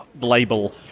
label